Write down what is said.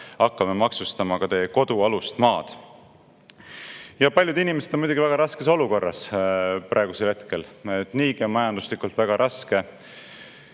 hakkame maksustama ka teie kodu alust maad. Paljud inimesed on muidugi väga raskes olukorras praegusel hetkel. Niigi on majanduslikult väga raske,